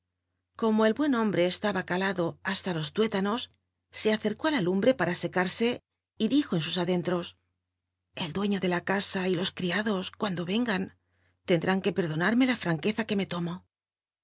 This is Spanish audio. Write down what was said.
como el buen hombre e laba ra ado hasta los tuétanos se accncí á la lumbre para seca rse y dijo en su ull'ntro el ductio ele la ca a y los criad o r uautlo ea an lcndrún c uc perdonarme la frauqucw que me lomo